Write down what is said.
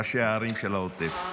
ראשי הערים של העוטף,